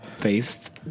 based